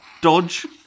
dodge